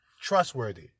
trustworthy